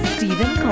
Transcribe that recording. Stephen